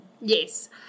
Yes